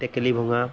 টেকেলি ভঙা